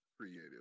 creative